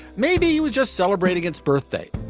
maybe he was just celebrating its birthday.